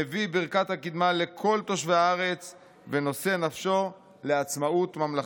מביא ברכת הקדמה לכל תושבי הארץ ונושא נפשו לעצמאות ממלכתית.